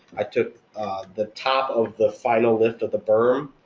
i took the top of the final width of the berm,